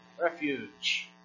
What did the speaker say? refuge